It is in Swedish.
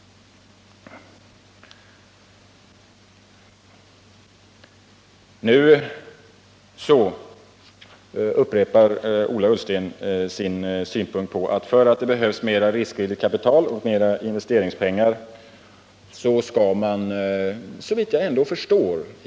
Nu upprepar Ola Ullsten att man — eftersom det behövs mera riskvilligt kapital, mera investeringspengar — skall genomföra vissa skattehöjningar.